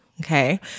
okay